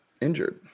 injured